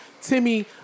Timmy